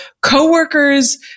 co-workers